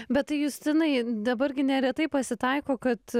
bet justinai dabar gi neretai pasitaiko kad